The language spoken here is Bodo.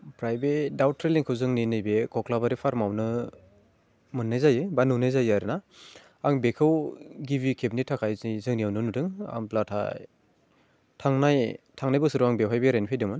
ओमफ्राय बे दाउथुलिंखौ जोंनि नैबे खख्लाबारि फार्मआवनो मोननाय जायो बा नुनाय जायो आरोना आं बेखौ गिबि खेबनि थाखाय जोंनियावनो नुदों होनब्लाथाय थांनाय बोसोराव आं बेयावहाय बेरायनो फैदोंमोन